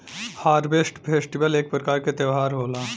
harvest festival एक प्रकार क त्यौहार होला